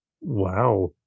Wow